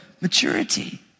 maturity